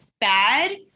bad